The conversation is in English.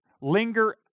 Linger